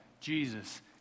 Jesus